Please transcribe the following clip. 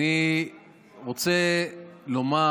אני רוצה לומר